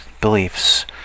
beliefs